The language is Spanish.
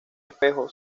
espejo